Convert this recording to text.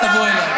תבוא אליי.